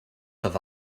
have